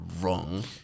wrong